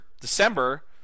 December